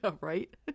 right